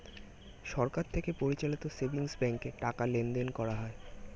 সরকার থেকে পরিচালিত সেভিংস ব্যাঙ্কে টাকা লেনদেন করা হয়